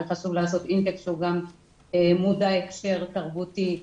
וחשוב לעשות אינטק שהוא גם מודע הקשר תרבותי,